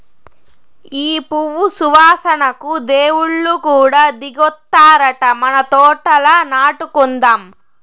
ఈ పువ్వు సువాసనకు దేవుళ్ళు కూడా దిగొత్తారట మన తోటల నాటుదాం